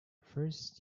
first